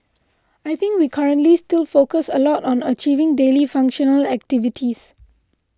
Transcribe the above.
I think we currently still focus a lot on achieving daily functional activities